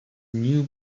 new